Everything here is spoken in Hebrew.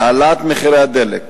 העלאת מחירי הדלק,